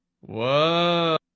Whoa